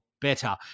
better